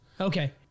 Okay